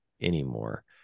anymore